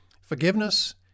forgiveness